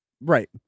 Right